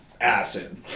acid